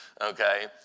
okay